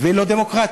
ולא דמוקרטית,